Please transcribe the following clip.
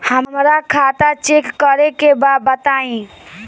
हमरा खाता चेक करे के बा बताई?